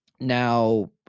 now